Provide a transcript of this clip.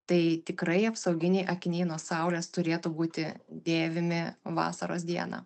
tai tikrai apsauginiai akiniai nuo saulės turėtų būti dėvimi vasaros dieną